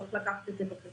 צריך לקחת את זה בחשבון,